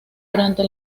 durante